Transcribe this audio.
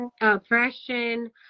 oppression